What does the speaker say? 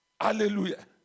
Hallelujah